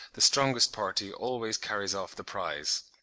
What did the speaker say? the strongest party always carries off the prize.